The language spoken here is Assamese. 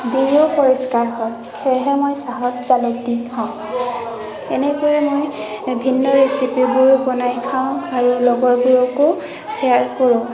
ডিঙিও পৰিস্কাৰ হয় সেয়েহে মই চাহত জালুক খাওঁ এনেকৈয়ে মই ভিন্ন ৰেছিপিবোৰ বনাই খাওঁ আৰু লগৰবোৰকো শ্বেয়াৰ কৰোঁ